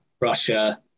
Russia